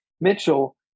Mitchell